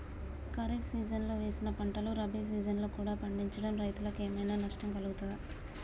ఖరీఫ్ సీజన్లో వేసిన పంటలు రబీ సీజన్లో కూడా పండించడం రైతులకు ఏమైనా నష్టం కలుగుతదా?